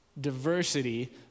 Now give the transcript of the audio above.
Diversity